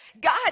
God